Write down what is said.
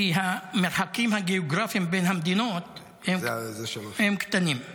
כי המרחקים הגיאוגרפיים בין המדינות הם קטנים.